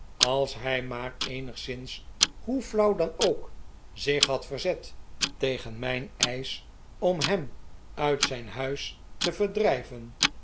als hij maar eenigszins hoe flauw dan ook zich had verzet tegen mijn eisch om hem uit zijn huis te verdrijven